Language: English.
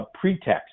pretext